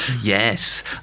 Yes